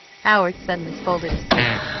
howard suddenly folded his paper,